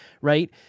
right